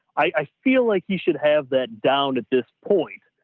i feel like he should have that down at this point.